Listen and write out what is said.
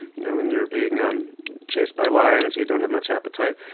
you know when you're being um chased by lions you don't have much appetite.